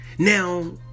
Now